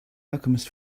alchemist